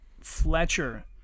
Fletcher